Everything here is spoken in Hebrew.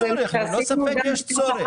ללא ספק יש צורך.